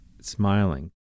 smiling